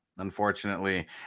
unfortunately